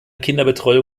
kinderbetreuung